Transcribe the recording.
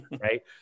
Right